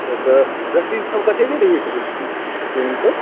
किएक तऽ रसीदसभ कटेने रहियै कहिओ की जमीनके